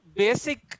basic